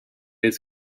his